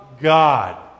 God